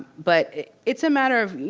but it's a matter of,